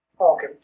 Okay